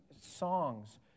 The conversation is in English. songs